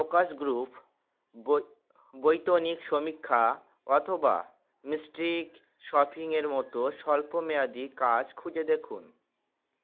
focus group বৈতনিক সমীক্ষা অথবা মিস্ট্রিক শফিংয়ের মতো স্বল্প মেয়াদি কাজ খুঁজে দেখুন